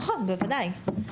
נכון, בוודאי.